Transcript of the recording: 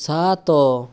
ସାତ